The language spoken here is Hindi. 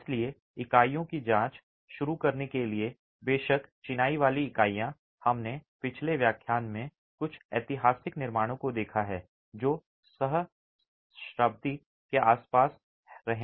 इसलिए इकाइयों की जांच शुरू करने के लिए बेशक चिनाई वाली इकाइयां हमने पिछले व्याख्यान में कुछ ऐतिहासिक निर्माणों को देखा है जो सहस्राब्दी के आसपास रहे हैं